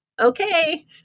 Okay